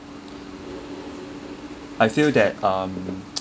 I feel that um